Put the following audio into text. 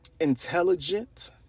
intelligent